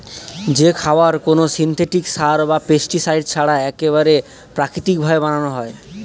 যে খাবার কোনো সিনথেটিক সার বা পেস্টিসাইড ছাড়া এক্কেবারে প্রাকৃতিক ভাবে বানানো হয়